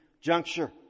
juncture